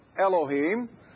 Elohim